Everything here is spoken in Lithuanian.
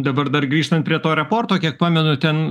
dabar dar grįžtant prie to reporto kiek pamenu ten